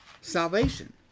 salvation